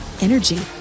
energy